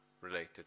related